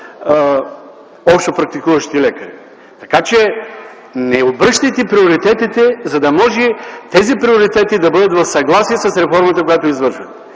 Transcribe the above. общопрактикуващите лекари. Не обръщайте приоритетите, за да може тези приоритети да бъдат в съгласие с реформата, която извършвате.